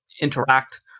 interact